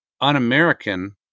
un-American